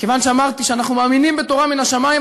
כיוון שאמרתי שאנחנו מאמינים בתורה מן השמים,